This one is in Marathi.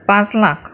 पाच लाख